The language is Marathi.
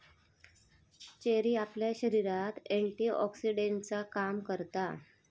चेरी आपल्या शरीरात एंटीऑक्सीडेंटचा काम करता